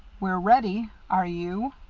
we're ready. are you?